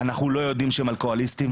אנחנו לא יודעים שהם אלכוהוליסטים,